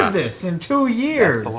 this in two years!